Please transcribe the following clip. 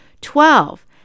Twelve